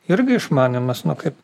irgi išmanymas nu kaip